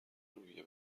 روحیه